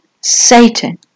Satan